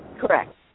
Correct